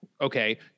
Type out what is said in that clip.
okay